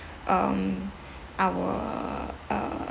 um our uh